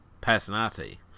personality